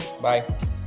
Bye